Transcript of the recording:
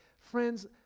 Friends